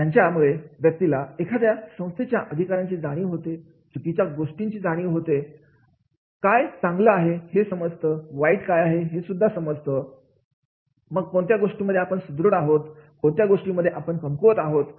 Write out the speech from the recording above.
आहे याच्या मुळे व्यक्तीला एखाद्या संस्थेच्या अधिकारांची जाणीव होते चुकीच्या गोष्टीची जाणे होते चांगलं काय आहे हे समजतं वाईट काय आहे हे सुद्धा समजते मग कोणत्या गोष्टींमध्ये आपण सुदृढ आहोत कोणत्या गोष्टींमध्ये आपण कमकुवत आहोत